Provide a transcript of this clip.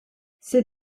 ces